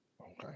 Okay